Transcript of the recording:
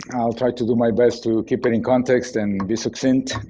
i'll try to do my best to keep that in context and be succinct.